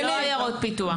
אלה לא עיירות פיתוח.